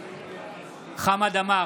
בעד חמד עמאר,